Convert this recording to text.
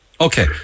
Okay